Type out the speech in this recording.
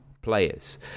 players